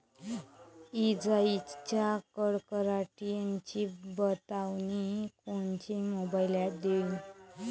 इजाइच्या कडकडाटाची बतावनी कोनचे मोबाईल ॲप देईन?